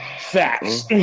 Facts